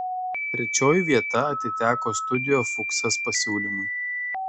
trečioji vieta atiteko studio fuksas pasiūlymui